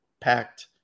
packed